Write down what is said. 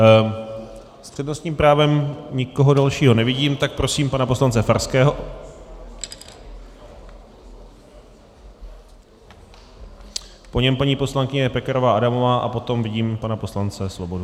S přednostním právem nikoho dalšího nevidím, tak prosím pana poslance Farského, po něm paní poslankyně Pekarová Adamová a potom vidím pana poslance Svobodu.